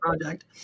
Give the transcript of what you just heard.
project